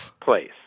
place